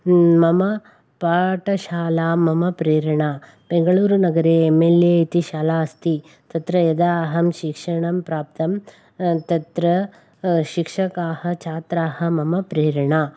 मम पाठशाला मम प्रेरणा बेङ्गलूरुनगरे एम् एल् ए इति शाला अस्ति तत्र यदा अहं शिक्षणं प्राप्तं तत्र शिक्षकाः छात्राः मम प्रेरणा